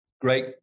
great